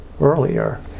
earlier